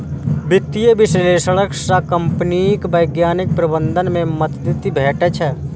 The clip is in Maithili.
वित्तीय विश्लेषक सं कंपनीक वैज्ञानिक प्रबंधन मे मदति भेटै छै